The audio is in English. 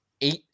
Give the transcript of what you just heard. eight